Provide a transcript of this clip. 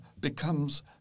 becomes